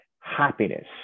happiness